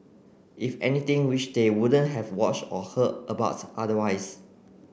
if anything which they wouldn't have watched or heard about otherwise